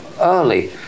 early